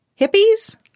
hippies